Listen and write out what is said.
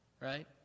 right